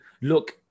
look